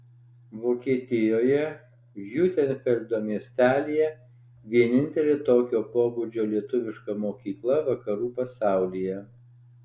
vokietijoje hiutenfeldo miestelyje vienintelė tokio pobūdžio lietuviška mokykla vakarų pasaulyje